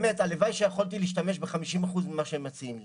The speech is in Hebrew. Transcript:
ובאמת הלוואי שיכולתי להשתמש ב-50 אחוז ממה שהם מציעים לי.